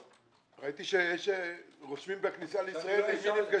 ראיתי שרושמים בכניסה לישראל עם מי נפגשים.